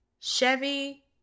Chevy